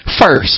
first